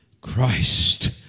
Christ